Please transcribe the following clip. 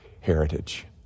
heritage